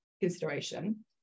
consideration